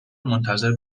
منتظر